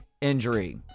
injury